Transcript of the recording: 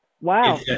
Wow